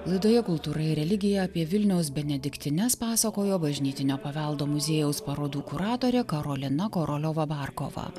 laidoje kultūra ir religija apie vilniaus benediktines pasakojo bažnytinio paveldo muziejaus parodų kuratorė karolina koroliova barkova